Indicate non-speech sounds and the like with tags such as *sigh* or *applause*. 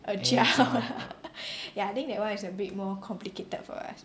agile *laughs* ya I think that one is a bit more complicated for us